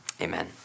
Amen